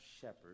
shepherd